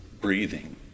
breathing